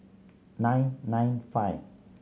nine nine five